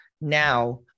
now